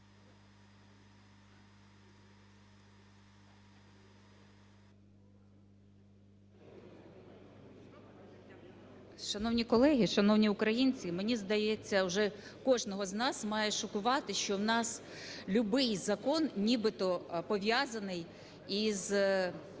Шановні колеги, шановні українці! Мені здається, вже кожного з нас має шокувати, що в нас любий закон нібито пов'язаний із